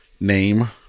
name